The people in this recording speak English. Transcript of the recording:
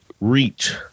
reach